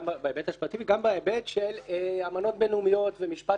גם בהיבט המשפטי וגם בהיבט של אמנות בינלאומיות ומשפט